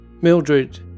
Mildred